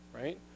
right